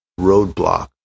roadblock